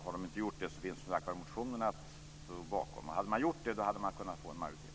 Har de inte gjort det finns ju motionen. Hade man gjort det hade man kunnat få en majoritet.